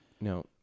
no